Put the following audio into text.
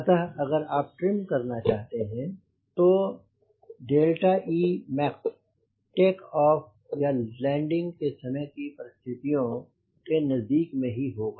अतः अगर आप ट्रिम करना चाहते हैं तो max टेक ऑफ या लैंडिंग की परिस्थितियों के नजदीक में ही होगा